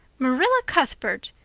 marilla cuthbert,